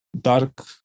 dark